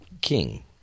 king